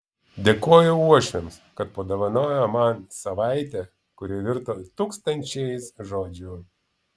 dėkoju uošviams kad padovanojo man savaitę kuri virto tūkstančiais žodžių